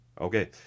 Okay